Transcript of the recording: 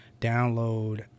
download